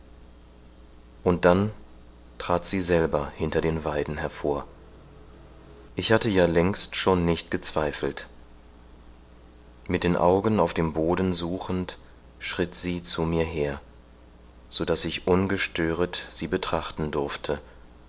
und dann trat sie selber hinter den weiden hervor ich hatte ja längst schon nicht gezweifelt mit den augen auf dem boden suchend schritt sie zu mir her so daß ich ungestöret sie betrachten durfte